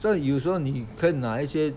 所以有时候你可以拿一些